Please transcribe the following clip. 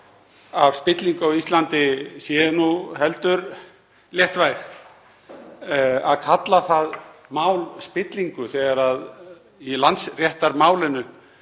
af spillingu á Íslandi, sé nú heldur léttvæg. Að kalla það mál spillingu í Landsréttarmálinu